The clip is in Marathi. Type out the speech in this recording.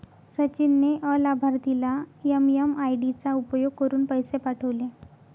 सचिन ने अलाभार्थीला एम.एम.आय.डी चा उपयोग करुन पैसे पाठवले